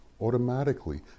automatically